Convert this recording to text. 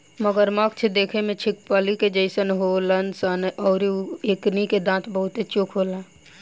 मगरमच्छ देखे में छिपकली के जइसन होलन सन अउरी एकनी के दांत बहुते चोख होला